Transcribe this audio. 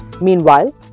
Meanwhile